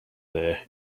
there